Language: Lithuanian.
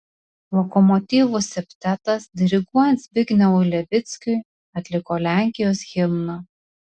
lokomotyvų septetas diriguojant zbignevui levickiui atliko lenkijos himną